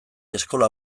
eskola